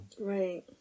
Right